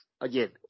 Again